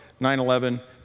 9-11